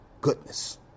goodness